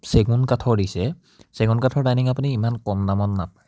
চেগুন কাঠৰ দিছে চেগুন কাঠৰ ডাইনিং আপুনি ইমান কম দামত নাপায়